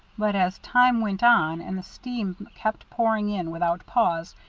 but as time went on and the stream kept pouring in without pause,